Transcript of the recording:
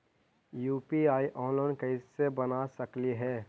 UPI online कैसे बना सकली हे?